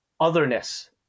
otherness